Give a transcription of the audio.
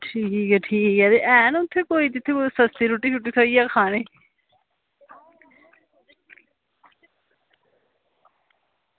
ते हैन उत्थें कोई जित्थें सस्ती रुट्टी थ्होई जा खानै गी